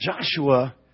Joshua